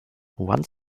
one